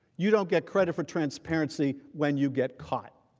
you don't get credit for transparency when you get caught.